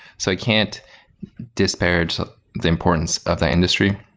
so, i can't disparage the importance of that industry.